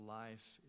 life